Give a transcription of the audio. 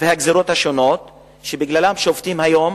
והגזירות השונות שבגללן שובתות היום